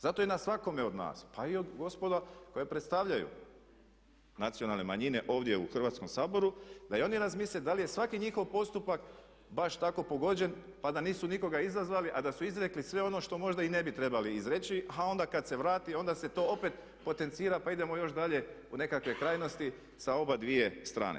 Zato je i na svakome od nas, pa i od gospode koji predstavljaju nacionalne manjine ovdje u Hrvatskom saboru, da i oni razmisle da li je svaki njihov postupak baš tako pogođen, pa da nisu nikoga izazvali, a da su izrekli sve ono što možda i ne bi trebali izreći, a onda kad se vrati, onda se to opet potencira pa idemo još dalje u nekakve krajnosti sa oba dvije strane.